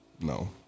no